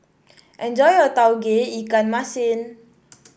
enjoy your Tauge Ikan Masin